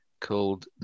called